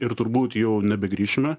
ir turbūt jau nebegrįšime